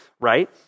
right